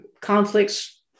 Conflicts